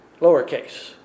Lowercase